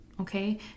okay